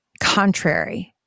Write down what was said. contrary